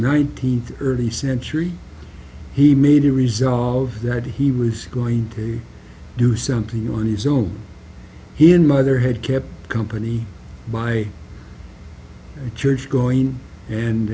nineteenth early century he made a resolve that he was going to do something on his own he and mother had kept company my church going and